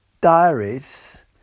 diaries